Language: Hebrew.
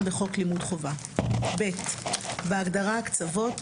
בחוק לימוד חובה;"; בהגדרה "הקצבות",